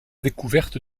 découverte